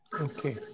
Okay